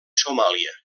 somàlia